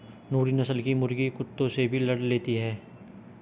नूरी नस्ल की मुर्गी कुत्तों से भी लड़ लेती है